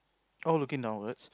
all looking downwards